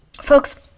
folks